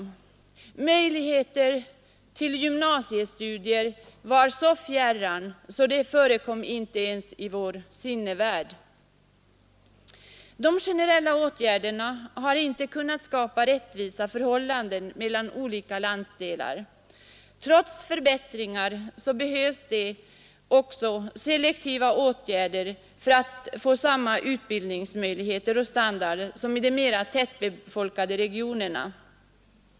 Möjligheter till gymnasiestudier var så fjärran så de förekom inte ens i vår sinnevärld. De generella åtgärderna har dock inte kunnat skapa helt rättvisa förhållanden mellan olika landsdelar. Trots förbättringar behövs det selektiva åtgärder för att få samma utbildningsmöjligheter och standard som i de mer tätbefolkade regionerna.